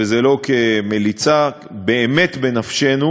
וזה לא כמליצה, שהוא באמת בנפשנו.